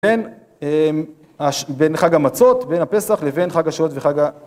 בין חג המצות, בין הפסח לבין חג השבועות וחג ה...